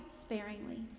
sparingly